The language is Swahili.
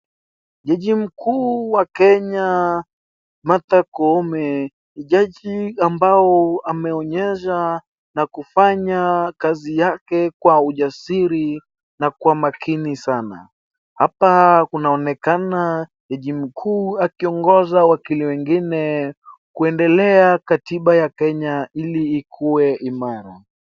Jaji mkuu wa Kenya Martha Koome. Jaji ambao ameonyesha na kufanya kazi yake kwa ujasiri na kwa umakini sana. Hapa kunaonekana jaji mkuu akiongoza Wakili wengine kuendelea katiba ya Kenya ili ikuwe imara.